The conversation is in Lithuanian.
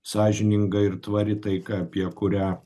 sąžininga ir tvari taika apie kurią